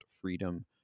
freedom